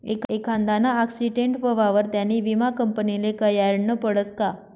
एखांदाना आक्सीटेंट व्हवावर त्यानी विमा कंपनीले कयायडनं पडसं का